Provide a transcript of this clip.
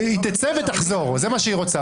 היא תצא ותחזור, זה מה שהיא רוצה.